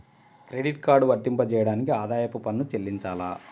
Credit card వర్తింపజేయడానికి ఆదాయపు పన్ను చెల్లించాలా?